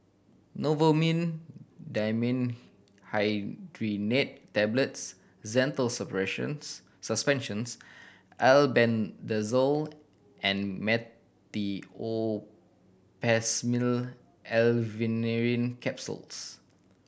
Novomin Dimenhydrinate Tablets Zental Suspensions Albendazole and Meteospasmyl Alverine Capsules